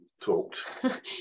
talked